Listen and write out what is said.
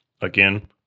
Again